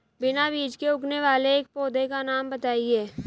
बिना बीज के उगने वाले एक पौधे का नाम बताइए